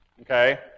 Okay